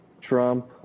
Trump